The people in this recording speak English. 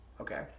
okay